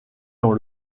dans